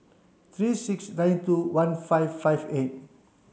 three six nine two one five five eight